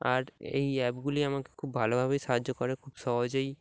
আর এই অ্যাপগুলি আমাকে খুব ভালোভাবেই সাহায্য করে খুব সহজেই